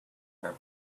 her